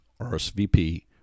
RSVP